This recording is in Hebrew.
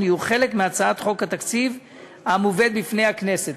יהיו חלק מהצעת חוק התקציב המובאת בפני הכנסת.